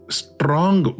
strong